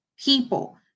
people